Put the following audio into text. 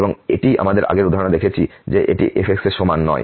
এবং এটিই আমরা আগের উদাহরণে দেখেছি যে এটি f এর সমান নয়